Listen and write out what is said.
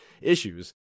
issues